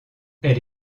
elle